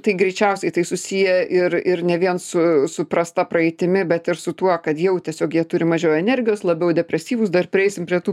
tai greičiausiai tai susiję ir ir ne vien su su prasta praeitimi bet ir su tuo kad jau tiesiog jie turi mažiau energijos labiau depresyvūs dar prieisim prie tų